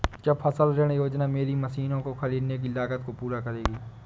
क्या फसल ऋण योजना मेरी मशीनों को ख़रीदने की लागत को पूरा करेगी?